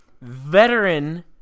veteran